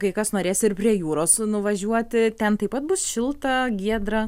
kai kas norės ir prie jūros nuvažiuoti ten taip pat bus šilta giedra